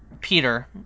Peter